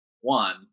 one